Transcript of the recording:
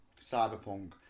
cyberpunk